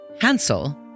Hansel